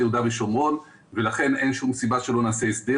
יהודה ושומרון ולכן אין שום סיבה שלא נעשה הסדר.